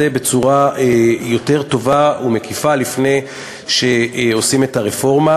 בצורה יותר טובה ומקיפה לפני שעושים את הרפורמה.